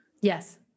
Yes